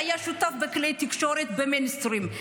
לא הייתה שותפה בכלי תקשורת במיינסטרים.